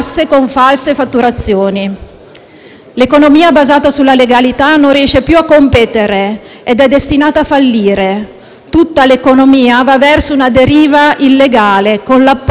L'economia basata sulla legalità non riesce più a competere ed è destinata a fallire; tutta l'economia va verso una deriva illegale con l'appoggio di una politica compiacente.